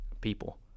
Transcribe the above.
people